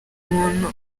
muntu